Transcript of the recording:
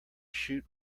shoot